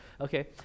okay